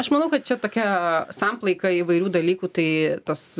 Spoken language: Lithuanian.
aš manau kad čia tokia samplaika įvairių dalykų tai tos